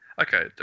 okay